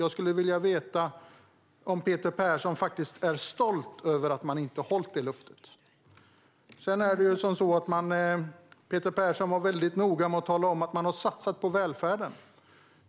Jag skulle vilja veta om Peter Persson är stolt över att man inte har hållit det löftet. Peter Persson var väldigt noga med att tala om att man har satsat på välfärden.